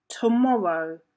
tomorrow